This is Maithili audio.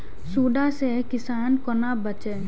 सुंडा से किसान कोना बचे?